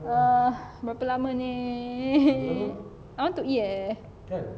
err berapa lama ni I want to eat eh